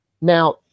Now